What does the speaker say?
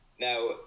Now